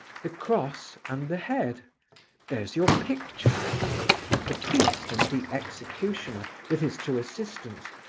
the cross and the head there's your picture the priest and the executioner, with his two assistants,